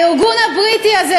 הארגון הבריטי הזה,